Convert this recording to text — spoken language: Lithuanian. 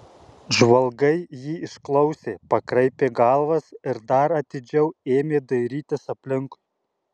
žvalgai jį išklausė pakraipė galvas ir dar atidžiau ėmė dairytis aplinkui